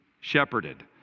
shepherded